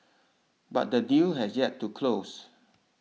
but the deal has yet to close